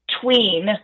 tween